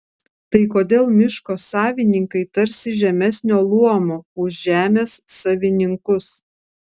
tai kodėl miško savininkai tarsi žemesnio luomo už žemės savininkus